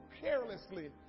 carelessly